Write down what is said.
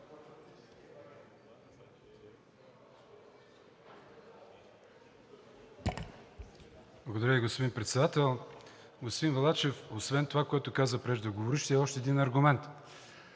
Благодаря Ви, господин Председател. Господин Балачев, освен това, което каза преждеговорившият, още един аргумент.